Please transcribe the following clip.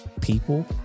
People